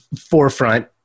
forefront